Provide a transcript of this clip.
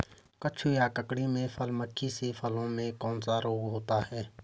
कद्दू या ककड़ी में फल मक्खी से फलों में कौन सा रोग होता है?